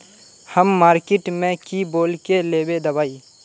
हम मार्किट में की बोल के लेबे दवाई?